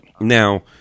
Now